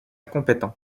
compétent